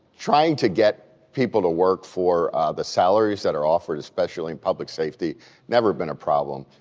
trying to get people to work for the salaries that are offered, especially in public safety never been a problem.